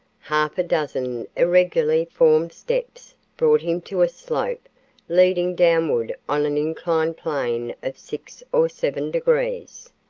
half a dozen irregularly formed steps brought him to a slope leading downward on an inclined plane of six or seven degrees.